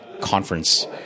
conference